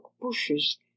bushes